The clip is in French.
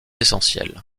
essentielle